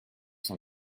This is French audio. cent